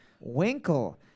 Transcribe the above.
Winkle